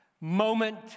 moment